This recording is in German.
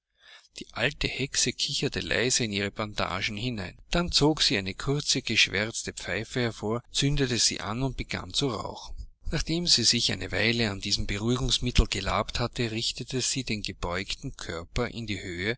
die alte hexe kicherte leise in ihre bandagen hinein dann zog sie eine kurze geschwärzte pfeife hervor zündete sie an und begann zu rauchen nachdem sie sich eine weile an diesem beruhigungsmittel gelabt hatte richtete sie den gebeugten körper in die höhe